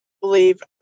believe